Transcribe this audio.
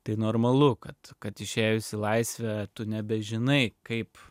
tai normalu kad kad išėjus į laisvę tu nebežinai kaip